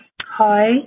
Hi